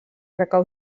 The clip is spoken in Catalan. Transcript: recau